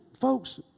folks